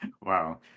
Wow